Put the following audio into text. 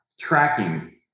tracking